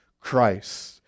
Christ